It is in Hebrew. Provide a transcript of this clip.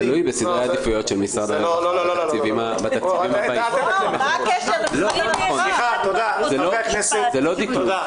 זה תלוי בסדרי העדיפויות של משרד --- מה הקשר --- חברי הכנסת תודה.